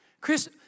Chris